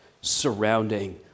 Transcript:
surrounding